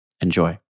Enjoy